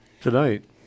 tonight